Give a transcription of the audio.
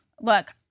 Look